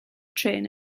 trên